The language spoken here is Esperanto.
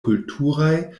kulturaj